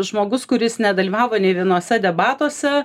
žmogus kuris nedalyvavo nei vienuose debatuose